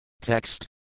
Text